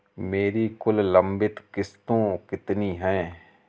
मेरी कुल लंबित किश्तों कितनी हैं?